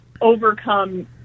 overcome